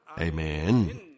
Amen